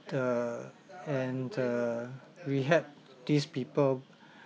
the and the rehab these people